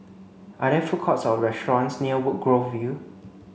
are there food courts or restaurants near Woodgrove View